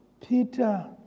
Peter